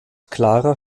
clara